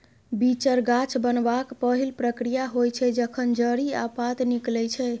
बीचर गाछ बनबाक पहिल प्रक्रिया होइ छै जखन जड़ि आ पात निकलै छै